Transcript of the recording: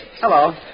Hello